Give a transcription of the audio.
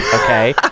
Okay